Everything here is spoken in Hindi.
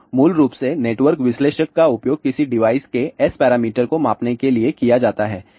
तो मूल रूप से नेटवर्क विश्लेषक का उपयोग किसी डिवाइस के S पैरामीटर को मापने के लिए किया जाता है